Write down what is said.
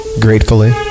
gratefully